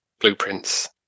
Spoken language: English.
blueprints